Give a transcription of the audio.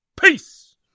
Peace